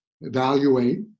evaluate